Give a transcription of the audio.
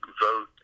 vote